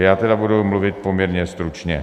Já tedy budu mluvit poměrně stručně.